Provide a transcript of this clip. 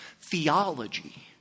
theology